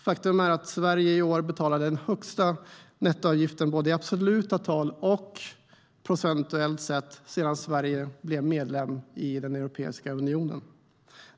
Faktum är att Sverige i år betalade den högsta nettoavgiften, både i absoluta tal och procentuellt sett, sedan Sverige blev medlem i Europeiska unionen.